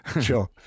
Sure